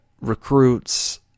recruits